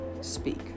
speak